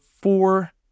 four